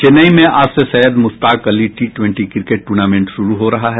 चेन्नई में आज से Syed Mushtaq Ali T twenty cricket tournament शुरू हो रहा है